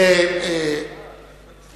אם אדוני לא רוצה בעצמו, הוא יכול להשתמש.